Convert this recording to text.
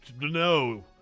No